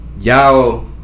y'all